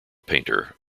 painter